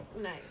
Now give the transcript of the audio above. nice